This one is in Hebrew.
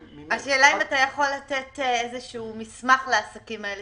השאלה אם אתה יכול לתת איזשהו מסמך לעסקים האלה